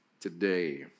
today